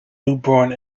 newborn